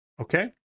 Okay